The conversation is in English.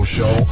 Show